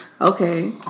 Okay